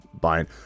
Buying